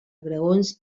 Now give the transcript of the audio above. graons